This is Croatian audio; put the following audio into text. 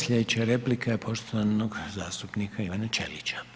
Slijedeća replika je poštovanog zastupnika Ivana Ćelića.